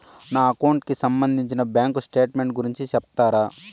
నా అకౌంట్ కి సంబంధించి బ్యాంకు స్టేట్మెంట్ గురించి సెప్తారా